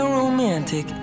romantic